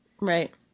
right